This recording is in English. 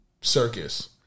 circus